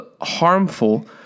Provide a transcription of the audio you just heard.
harmful